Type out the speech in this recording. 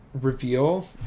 reveal